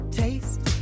taste